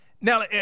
Now